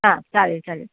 हां चालेल चालेल